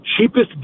cheapest